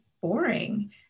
boring